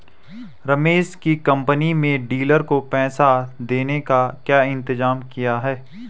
रमेश की कंपनी में डीलर को पैसा देने का क्या इंतजाम किया है?